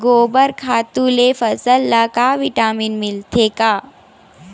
गोबर खातु ले फसल ल का विटामिन मिलथे का?